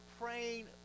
praying